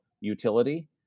utility